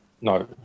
No